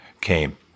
came